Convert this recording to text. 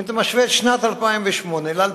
אם אתה משווה את שנת 2008 ל-2009,